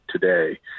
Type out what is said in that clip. today